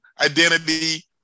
Identity